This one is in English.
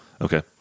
Okay